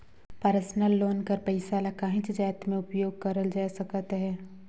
personal loan कर पइसा ल काहींच जाएत में उपयोग करल जाए सकत अहे